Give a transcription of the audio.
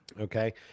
Okay